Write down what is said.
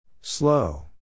Slow